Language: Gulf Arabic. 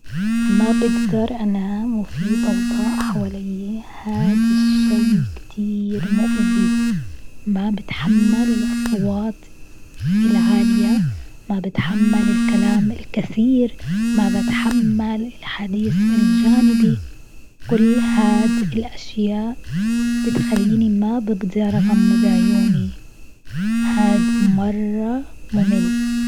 ما بقدر أنام وفي ضوضاء حوالي هاد الشيء كتير مؤذي، ما بتحمل الأصوات العالية ما بتحمل الكلام الكثير، ما بتحمل الحديث الجانبي، كل هاد الاشياء بتخليني ما بقدر أغمض عيوني، هاد مرة ممل.